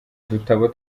dutabo